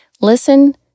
Listen